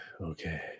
Okay